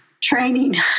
training